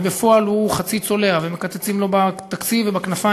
ובפועל הוא חצי צולע ומקצצים לו בתקציב ובכנפיים,